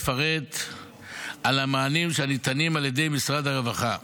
לפרט על המענים שניתנים על ידי משרד הרווחה.